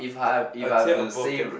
so a tier above that